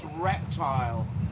reptile